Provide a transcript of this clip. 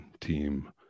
team